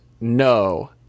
no